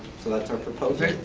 so that's our proposal.